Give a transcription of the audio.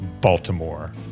Baltimore